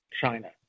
China